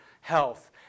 health